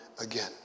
again